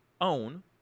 own